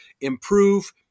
improve